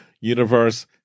universe